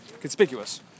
conspicuous